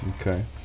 okay